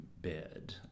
bed